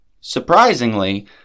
Surprisingly